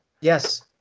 Yes